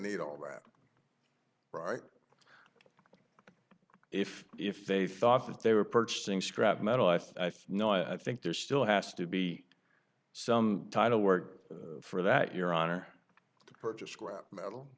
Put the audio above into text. need all that right if if they thought that they were purchasing scrap metal i know i think there still has to be some type of work for that your honor to purchase scrap metal